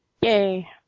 Yay